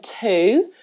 two